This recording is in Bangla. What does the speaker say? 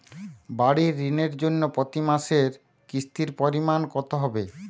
বাড়ীর ঋণের জন্য প্রতি মাসের কিস্তির পরিমাণ কত হবে?